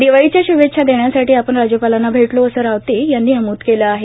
दिवाळीच्या श्भेच्छा देण्यासाठी आपण राज्यपालांना भेटलो असं रावते यांनी नम्द केलं आहे